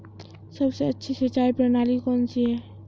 सबसे अच्छी सिंचाई प्रणाली कौन सी है?